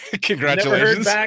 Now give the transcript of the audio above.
Congratulations